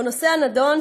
בנושא הנדון,